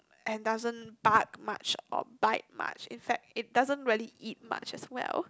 and doesn't bark much or bite much in fact it doesn't really eat much as well